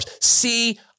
See